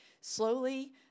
slowly